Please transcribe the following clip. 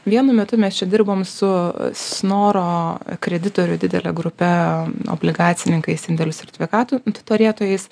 vienu metu mes čia dirbam su snoro kreditorių didele grupe aplikacininkais indėlių sertifikatų turėtojais